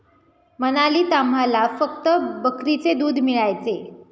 मनालीत आम्हाला फक्त बकरीचे दूध मिळायचे